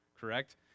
Correct